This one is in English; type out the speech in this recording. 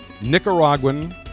Nicaraguan